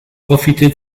profiter